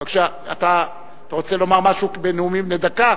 בבקשה, אתה רוצה לומר משהו בנאומים בני דקה?